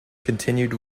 continued